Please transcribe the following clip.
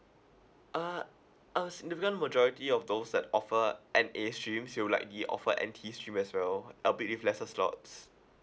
ah a significant majority of those that offer N_A streams it'll likely offer N_T stream as well it'll be with lesser slots